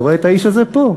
אתה רואה את האיש הזה פה,